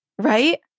right